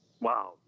wow